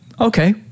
okay